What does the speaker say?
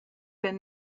been